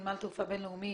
נמל תעופה בין-לאומי